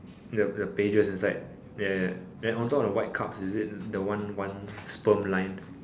yup the pages inside ya ya then on top on the white cups is it the one one sperm line